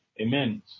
Amen